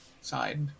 side